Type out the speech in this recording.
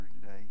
today